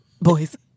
Boys